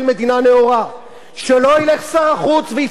שלא ילך שר החוץ ויפרסם באתר האינטרנט